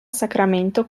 sacramento